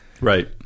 right